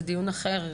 זה דיון אחר,